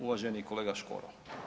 Uvaženi kolega Škoro.